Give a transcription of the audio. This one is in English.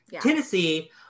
Tennessee